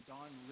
Dawn